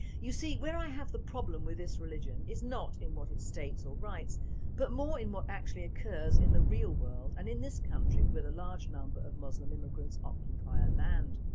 you see where i have a problem with this religion is not in what it states or writes but more in what actually occurs in the real world and in this country with large numbers of muslim immigrants occupy a land.